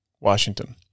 Washington